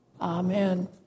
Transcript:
Amen